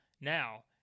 now